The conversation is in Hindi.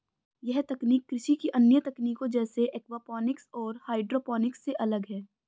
यह तकनीक कृषि की अन्य तकनीकों जैसे एक्वापॉनिक्स और हाइड्रोपोनिक्स से अलग है